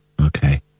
okay